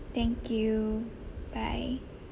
thank you bye